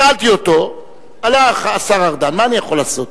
שאלתי אותו, הלך השר ארדן, מה אני יכול לעשות.